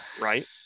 right